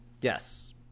Yes